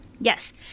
Yes